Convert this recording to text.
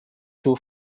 too